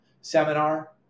seminar